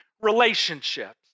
relationships